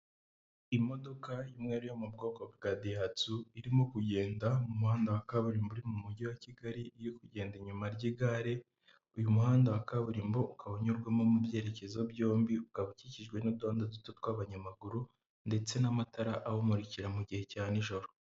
Imodoka y'umweru yo mu bwoko bwa dayihatsu irimo kugenda mu muhanda wa kaburimbo uri mu mujyi wa Kigali, iri kugenda inyuma ry'igare. Uyu muhanda wa kaburimbo ukaba unyurwamo mu byerekezo byombi, ukaba ukikijwe n'uduhanda duto tw'abanyamaguru ndetse n'amatara awumurikira mu gihe cya nijoro.